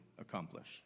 accomplish